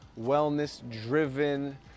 wellness-driven